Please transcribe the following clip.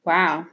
Wow